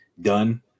done